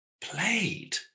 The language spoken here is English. played